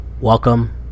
Welcome